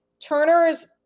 Turner's